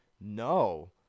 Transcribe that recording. no